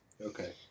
Okay